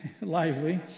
lively